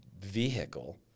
vehicle –